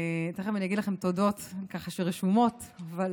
תכף אני אגיד לכם תודות שרשומות, אבל